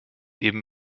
eben